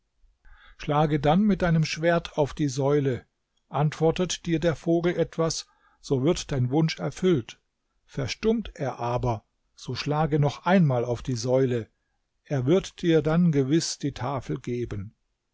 schlage dann mit deinem schwert auf die säule antwortet dir der vogel etwas so wird dein wunsch erfüllt verstummt er aber so schlage noch einmal auf die säule er wird dir dann gewiß die tafel geben